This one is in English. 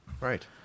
Right